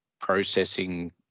processing